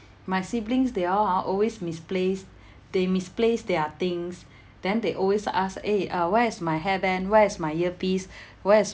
my siblings they all ah always misplace they misplace their things then they always ask eh uh where is my hairband where is my earpiece where is